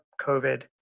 COVID